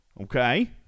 Okay